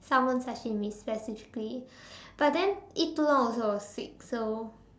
Salmon sashimi specifically but then eat too long also will sick so